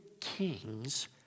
kings